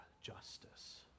justice